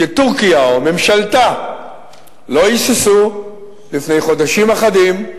שטורקיה או ממשלתה לא היססו לפני חודשים אחדים,